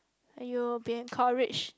and you will be encouraged